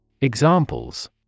Examples